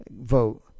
Vote